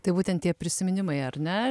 tai būtent tie prisiminimai ar ne